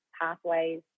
pathways